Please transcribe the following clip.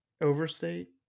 overstate